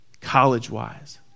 college-wise